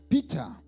Peter